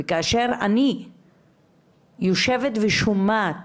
כאשר אני יושבת ושומעת